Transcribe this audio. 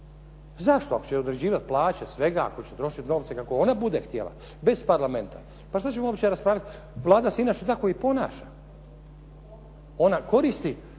Zašto? Ako će određivati plaće svega, ako će trošiti novce kako ona bude htjela, bez Parlamenta pa što ćemo uopće raspravljati? Vlada se inače tako i ponaša. Ona koristi